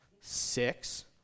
six